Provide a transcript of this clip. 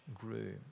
grew